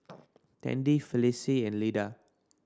Tandy Felicie and Lida